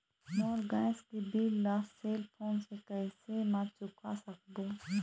मोर gas के bill ला cell phone से कैसे म चुका सकबो?